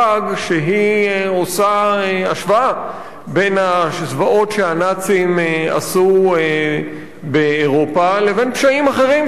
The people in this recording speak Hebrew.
שעושה השוואה בין הזוועות שהנאצים עשו באירופה לבין פשעים אחרים שנעשו,